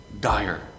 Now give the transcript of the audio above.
dire